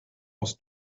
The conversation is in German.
aus